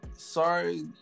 sorry